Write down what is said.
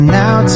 now